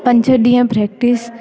पंज ॾींहं प्रैक्टीस